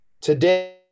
today